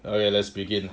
okay let's begin